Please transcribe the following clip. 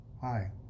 Hi